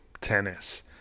Tennis